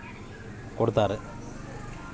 bank ಅವ್ರು credit card ಕೊಡ್ತಾರ